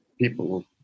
people